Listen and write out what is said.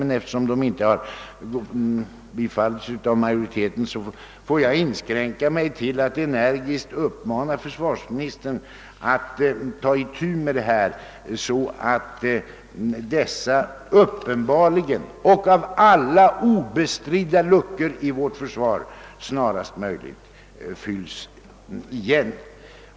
De av mig väckta motionerna har inte biträtts av majoriteten och därför får jag inskränka mig till att energiskt uppmana försvarsministern att ta itu med dessa problem, så att dessa uppenbara och av alla obestridda luckor i vårt försvar snarast möjligt kan fyllas.